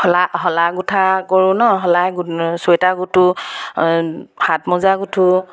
শলা শলা গোঁঠা কৰোঁ ন শলাৰে চুৱেটাৰ গোঁঠোঁ হাত মোজা গোঁঠোঁ